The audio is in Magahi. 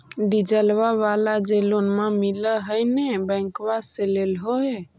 डिजलवा वाला जे लोनवा मिल है नै बैंकवा से लेलहो हे?